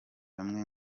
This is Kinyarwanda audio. bamwe